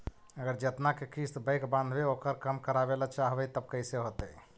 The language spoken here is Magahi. अगर जेतना के किस्त बैक बाँधबे ओकर कम करावे ल चाहबै तब कैसे होतै?